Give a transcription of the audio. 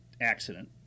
accident